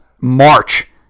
March